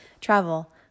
Travel